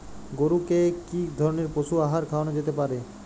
গরু কে কি ধরনের পশু আহার খাওয়ানো যেতে পারে?